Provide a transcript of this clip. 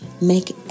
make